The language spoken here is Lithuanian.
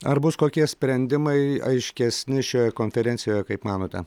ar bus kokie sprendimai aiškesni šioje konferencijoje kaip manote